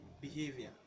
behavior